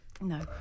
No